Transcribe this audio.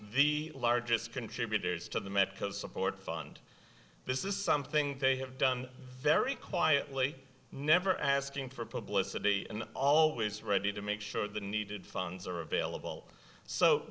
the largest contributors to the medical support fund this is something they have done very quietly never asking for publicity and always ready to make sure the needed funds are available so